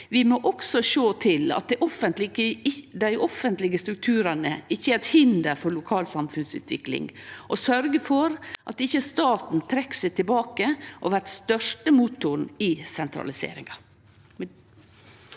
Vi må også sjå til at dei offentlege strukturane ikkje er eit hinder for lokal samfunnsutvikling, og sørgje for at ikkje staten trekkjer seg tilbake og blir den største motoren i sentraliseringa.